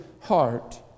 heart